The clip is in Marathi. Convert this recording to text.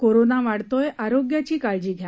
कोरोना वाढतोय आरोग्याची काळजी घ्या